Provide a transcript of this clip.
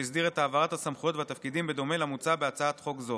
שהסדיר את העברת הסמכויות והתפקידים בדומה למוצע בהצעת חוק זו.